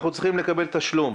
אנחנו צריכים לקבל תשלום.